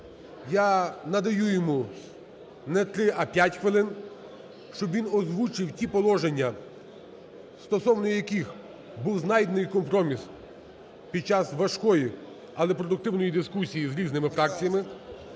я надаю йому не 3, а 5 хвилин, щоб він озвучив ті положення, стосовно яких був знайдений компроміс під час важкої, але продуктивної дискусії з різними фракціями.